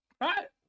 right